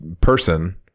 person